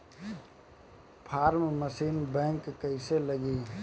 Form machine बैक कईसे लागी?